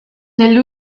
negli